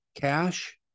cash